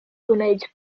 gwneud